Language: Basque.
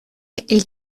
hil